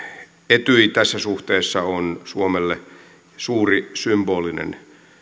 etyj tässä suhteessa on suomelle suuri symbolinen